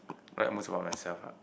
like most on your self ah